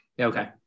Okay